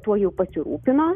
tuo jau pasirūpino